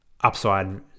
upside